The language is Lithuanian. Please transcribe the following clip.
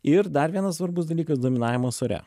ir dar vienas svarbus dalykas dominavimas ore